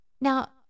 Now